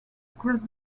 across